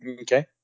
Okay